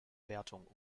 wertung